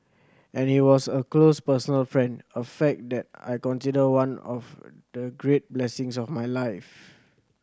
and he was a close personal friend a fact that I consider one of the great blessings of my life